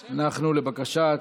אנחנו, לבקשת